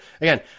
again